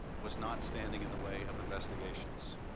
was not standing in the way of investigations.